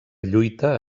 lluita